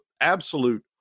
absolute